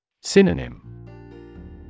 Synonym